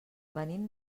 venim